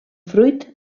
fruit